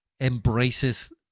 embraces